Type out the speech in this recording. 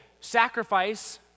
sacrifice